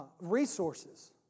resources